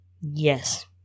Yes